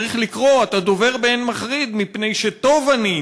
/ צריך לקרוא: אתה דובר באין מחריד / מפני שטוב אני...